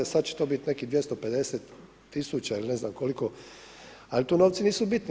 Sada će to biti nekih 250 tisuća ili ne znam koliko, ali tu novci nisu bitni.